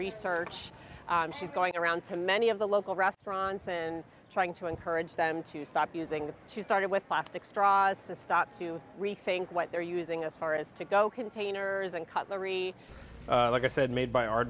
research she's going around to many of the local restaurants and trying to encourage them to stop using that she started with plastic straws to start to rethink what they're using as far as to go containers and cutlery like i said made by